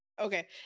Okay